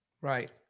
Right